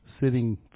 sitting